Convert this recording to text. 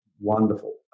wonderful